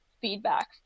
feedback